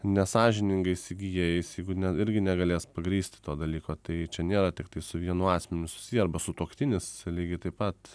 nesąžiningais įgijėjais jeigu ne irgi negalės pagrįsti to dalyko tai čia nėra tiktai su vienu asmeniu susiję arba sutuoktinis lygiai taip pat